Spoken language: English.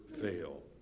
fail